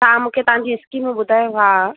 तव्हां मूंखे तव्हांजी स्कीमू ॿुधायो हा